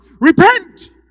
repent